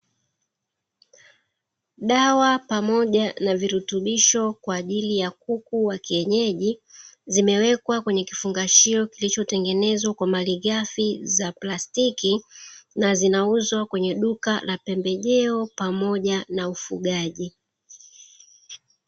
Dawa pamoja na virutubisho kwaajili ya kuku wa kienyeji zimewekwa katika kifungashio, kilichotengenezwa kwa malighafi ya plastiki na zinauzwa kwenye duka la pembejeo pamoja na ufugaji.